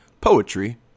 Poetry